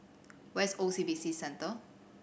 where is O C B C Centre